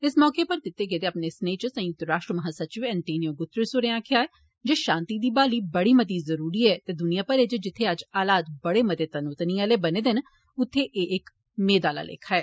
इस मौके पर दित्ते गेदे अपने इक स्नेह च संयुक्त राष्ट्र महासचिव एन्टीनियु गुतरेस होरें आक्खेआ ऐ जे शांति दी बहाली बड़ी मती जरूरी ऐ ते दुनिया भरै जित्थे अज्ज हालात बड़े मते तनोतनी आह्ले बने दे न उत्थे एह् इक मेद आह्ला लेखा ऐ